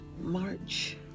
March